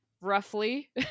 roughly